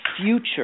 future